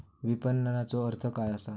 विपणनचो अर्थ काय असा?